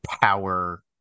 Power